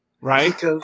right